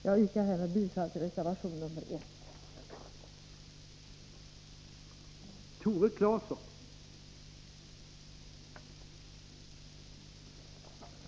Jag yrkar härmed bifall till reservation nr 1 i det betänkande vi som nu behandlar.